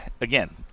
again